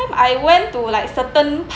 I went to like certain